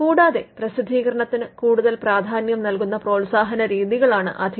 കൂടാതെ പ്രസിദ്ധീകരണത്തിന് കൂടുതൽ പ്രാധാന്യം നൽകുന്ന പ്രോത്സാഹനരീതികളാണിന്നധികവും